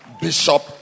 Bishop